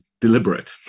deliberate